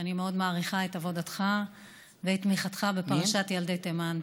שאני מאוד מעריכה את עבודתך ואת תמיכתך בפרשת ילדי תימן,